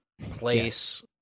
place